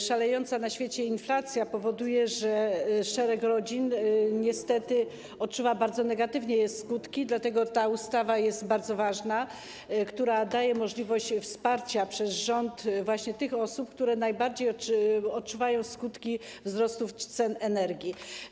Szalejąca na świecie inflacja powoduje, że szereg rodzin niestety odczuwa bardzo negatywne skutki, dlatego ta ustawa jest bardzo ważna, daje możliwość wsparcia przez rząd właśnie tych osób, które najbardziej odczuwają skutki wzrostu cen energii.